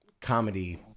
comedy